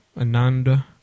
Ananda